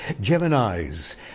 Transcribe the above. Gemini's